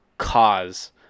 Cause